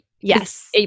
Yes